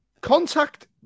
Contact